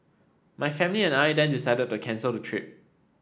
my family and I then decided to cancel the trip